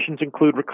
include